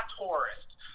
tourists